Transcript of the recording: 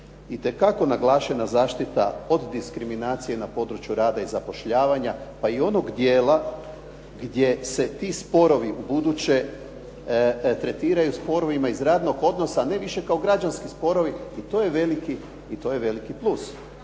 itekako naglašena zaštita od diskriminacije na području rada i zapošljavanja pa i onog dijela gdje se ti sporovi ubuduće tretiraju sporovima iz radnog odnosa, ne više kao građanski sporovi, i to je veliki plus.